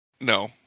No